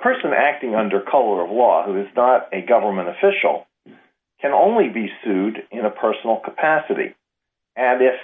person acting under color of law who is not a government official can only be sued in a personal capacity and if